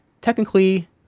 Technically